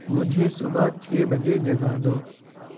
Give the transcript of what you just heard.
مجھے صبح چھ بجے جگا دو